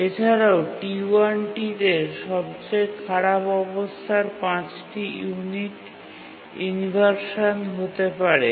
এছাড়াও T1 টিতে সবচেয়ে খারাপ অবস্থায় ৫ টি ইউনিট ইনভারসান হতে পারে